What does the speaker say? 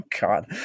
God